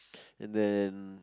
and then